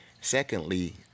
Secondly